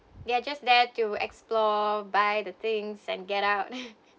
they are just there to explore buy the things and get out